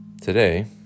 Today